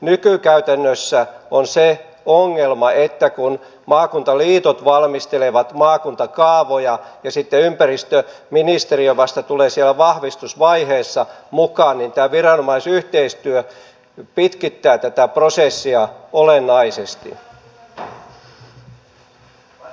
nykykäytännössä on se ongelma että kun maakuntaliitot valmistelevat maakuntakaavoja ja sitten ympäristöministeriö tulee vasta siellä vahvistusvaiheessa mukaan niin tämä viranomaisyhteistyö pitkittää prosessia olennaisesti